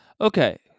Okay